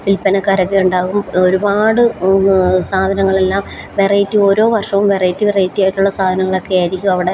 വിൽപ്പനക്കാരൊക്കെ ഉണ്ടാവും ഒരുപാട് സാധനങ്ങളെല്ലാം വെറൈറ്റി ഓരോ വർഷവും വെറൈറ്റി വെറൈറ്റി ആയിട്ടുള്ള സാധനങ്ങളൊക്കെ ആയിരിക്കും അവിടെ